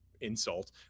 insult